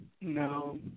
No